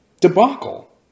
debacle